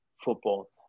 football